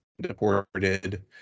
deported